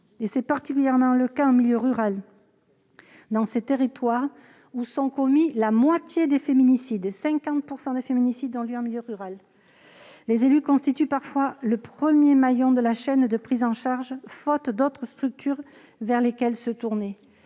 C'est particulièrement le cas en milieu rural. Dans ces territoires où sont commis la moitié des féminicides- 50 % des féminicides ont lieu en milieu rural !-, les élus constituent parfois le premier maillon de la chaîne de prise en charge, faute d'autres structures vers lesquelles se tourner.